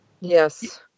Yes